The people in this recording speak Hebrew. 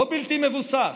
ולא בלתי מבוסס,